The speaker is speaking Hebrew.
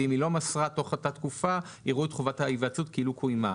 ואם היא לא מסרה תוך אותה תקופה יראו את חובת ההיוועצות כאילו קוימה.